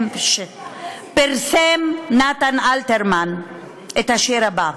פרסם נתן אלתרמן את השיר הזה: